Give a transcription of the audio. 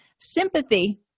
Sympathy